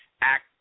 Act